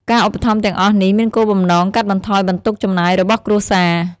ការឧបត្ថម្ភទាំងអស់នេះមានគោលបំណងកាត់បន្ថយបន្ទុកចំណាយរបស់គ្រួសារ។